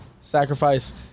sacrifice